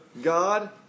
God